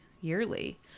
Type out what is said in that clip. yearly